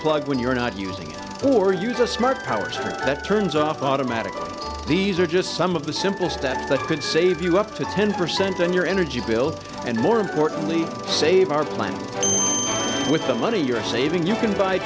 plug when you're not using or use a smart power that turns off automatically these are just some of the simple steps that could save you up to ten percent on your energy bill and more importantly save our plan with the money you're saving you can buy